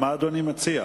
מה אדוני מציע?